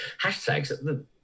hashtags